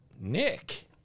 Nick